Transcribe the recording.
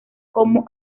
como